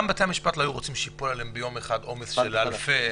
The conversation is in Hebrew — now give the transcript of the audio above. גם בתי-המשפט לא היו רוצים שייפול עליהם ביום אחד עומס של אלפי אגרות.